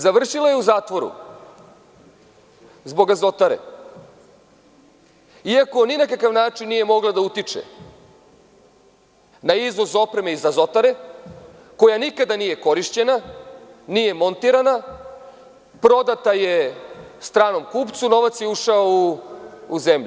Završila je u zatvoru zbog Azotare, iako ni na kakav način nije mogla da utiče na izvoz opreme iz Azotare, koja nikada nije korišćena, nije montirana, prodata je stranom kupcu, novac je ušao u zemlju.